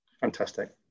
Fantastic